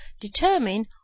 determine